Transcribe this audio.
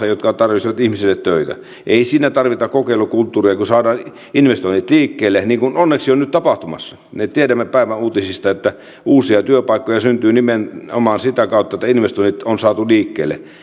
jotka tarjoaisivat ihmisille töitä ei siinä tarvita kokeilukulttuuria kun saadaan investoinnit liikkeelle niin kuin onneksi on nyt tapahtumassa me tiedämme päivän uutisista että uusia työpaikkoja syntyy nimenomaan sitä kautta että investoinnit on saatu liikkeelle